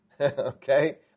Okay